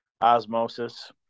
Osmosis